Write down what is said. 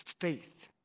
faith